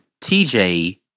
TJ